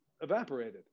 evaporated